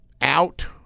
out